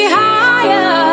higher